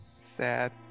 Sad